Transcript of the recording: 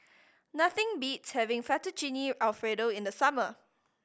nothing beats having Fettuccine Alfredo in the summer